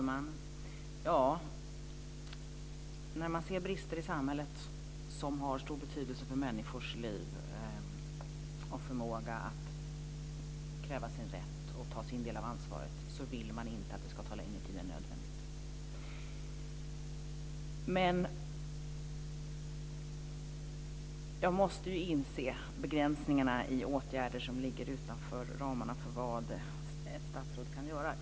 Fru talman! När man ser brister i samhället som har stor inverkan på människors liv, på deras förmåga att kräva sin rätt och att ta sin del av ansvaret, vill man inte att arbetet ska ta längre tid än nödvändigt, men jag måste inse begränsningarna i åtgärder som ligger utanför ramarna för vad ett statsråd kan göra.